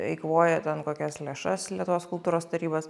eikvoja ten kokias lėšas lietuvos kultūros tarybos